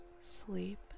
sleep